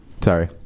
Sorry